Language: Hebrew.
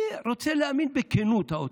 אני רוצה להאמין בכנות האוצר,